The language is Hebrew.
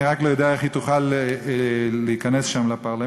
אני רק לא יודע איך היא תוכל להיכנס שם לפרלמנט.